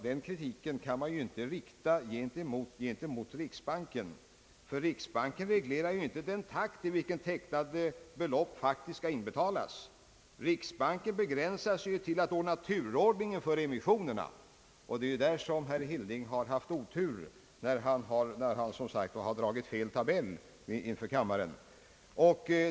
Den kritiken som herr Hilding framförde kan inte riktas mot riksbanken, ty riksbanken reglerar inte den takt, i vilken tecknade belopp skall inbetalas. Riksbanken begränsar sig ju till att ordna turordning för emissionerna, och det är där som herr Hilding haft en besvärande otur när han som sagt dragit alldeles fel tabell inför kammaren.